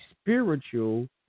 spiritual